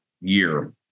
year